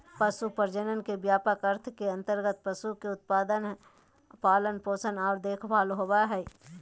पशु प्रजनन के व्यापक अर्थ के अंतर्गत पशु के उत्पादन, पालन पोषण आर देखभाल होबई हई